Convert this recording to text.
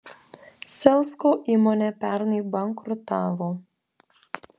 selsko įmonė pernai bankrutavo